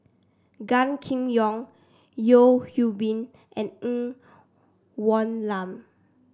Gan Kim Yong Yeo Hwee Bin and Ng Woon Lam